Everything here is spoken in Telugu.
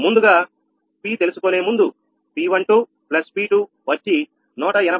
ముందుగా P తెలుసుకునే ముందు P12P2 వచ్చి 181